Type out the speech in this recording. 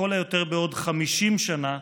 לכל היותר בעוד 50 שנה,